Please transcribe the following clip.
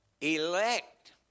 elect